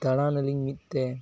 ᱫᱟᱲᱟᱱᱟᱞᱤᱧ ᱢᱤᱫᱛᱮ